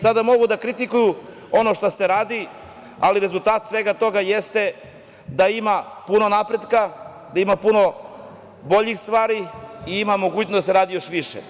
Sada mogu da kritikuju ono šta se radi, ali rezultat svega toga jeste da ima puno napretka, da ima puno boljih stvari i ima mogućnost da se radi još više.